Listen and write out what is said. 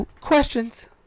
questions